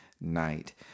night